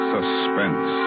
Suspense